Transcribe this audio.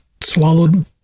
swallowed